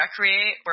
recreate